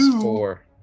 four